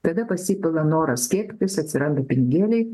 tada pasipila noras skiepytis atsiranda pinigėliai